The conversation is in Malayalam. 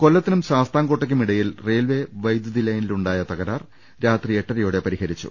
കൊല്ലത്തിനും ശാസ്താകോട്ടയ്ക്കും ഇടയിൽ റെയിൽവേ വൈദ്യുതലൈനിലുണ്ടായ തകരാർ രാത്രി എട്ട രയോടെ പരിഹരിച്ചു